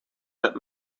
that